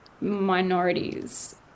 minorities